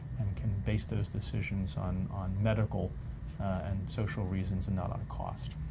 and can base those decisions on on medical and social reasons, and not on a cost.